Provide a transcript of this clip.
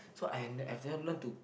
so I have I've never learned to